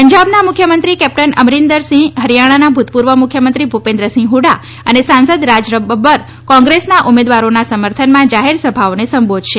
પંજાબના મુખ્યમંત્રી કેપ્ટન અમરીન્દર સિંહ હરિયાણાના ભૂતપૂર્વ મુખ્યમંત્રી ભૂપિન્દ્રસિંહ હ્ડા અને સાંસદ રાજબ્બર કોંગ્રેસના ઉમેદવારોના સમર્થનમાં જાહેરસભાઓને સંબોધશે